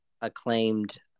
acclaimed